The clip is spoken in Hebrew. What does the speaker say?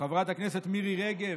חברת הכנסת מירי רגב,